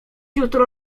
jutro